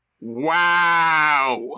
Wow